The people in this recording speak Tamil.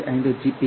5 Gbps